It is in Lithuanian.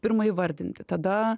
pirmą įvardinti tada